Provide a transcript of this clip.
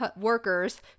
workers